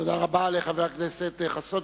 תודה רבה לחבר הכנסת חסון.